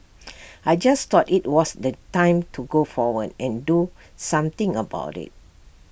I just thought IT was the time to go forward and do something about IT